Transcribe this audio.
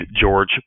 George